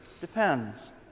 depends